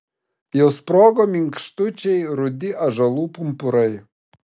jau sprogo minkštučiai rudi ąžuolų pumpurai